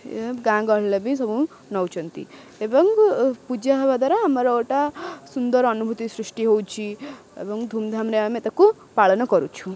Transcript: ଗାଁ ଗହଳିରେ ବି ସବୁ ନଉଛନ୍ତି ଏବଂ ପୂଜା ହେବା ଦ୍ୱାରା ଆମର ଗୋଟା ସୁନ୍ଦର ଅନୁଭୂତି ସୃଷ୍ଟି ହେଉଛି ଏବଂ ଧୁମଧାମରେ ଆମେ ତାକୁ ପାଳନ କରୁଛୁ